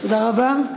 תודה רבה.